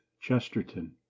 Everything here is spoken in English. Chesterton